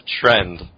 trend